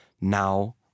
Now